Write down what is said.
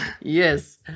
Yes